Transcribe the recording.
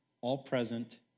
all-present